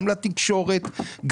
גם לתקשורת,